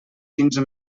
quinze